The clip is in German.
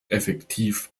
effektiv